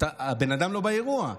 הבן אדם לא באירוע.